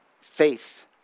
Faith